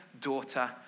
daughter